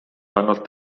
ainult